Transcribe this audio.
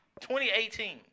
2018